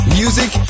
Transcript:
music